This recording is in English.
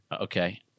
Okay